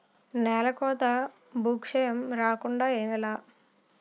నేలకోత భూక్షయం రాకుండ ఎలా?